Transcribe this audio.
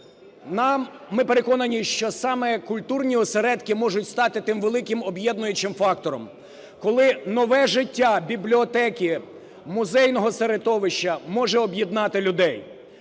ми переконані, що саме культурні осередки можуть стати тим великим об’єднуючим фактором, коли нове життя бібліотеки, музейного середовища може об'єднати людей.